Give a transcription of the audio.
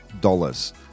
dollars